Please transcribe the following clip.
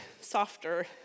softer